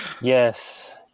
Yes